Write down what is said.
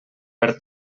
per